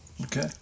Okay